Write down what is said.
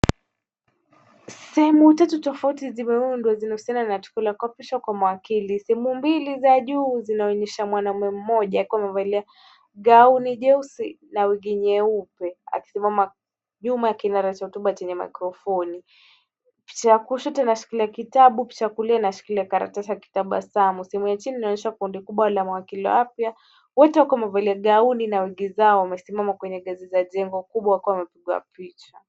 Sehemu tatu tofauti zimeundwa zinahusiana na tukio la kuapishwa kwa mawakili. Sehemu mbili za juu zinaonyesha mwanaume mmoja akiwa amevalia gauni jeusi na wigi nyeupe akisimama nyuma ya kinara hotuba chenye mikrofoni. Picha ya kushoto inashikilia kitabu picha ya kulia inashikilia karatasi akitabasamu. Sehemu ya chini inaonyesha kundi kubwa la mawakili wapya wote wakiwa wamevalia gauni na wigi zao wamesimama kwenye ngazi za jengo kubwa wakiwa wamepigwa picha.